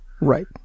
Right